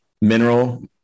mineral